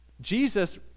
Jesus